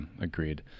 agreed